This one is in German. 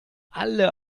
alle